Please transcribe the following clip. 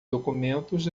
documentos